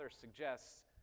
suggests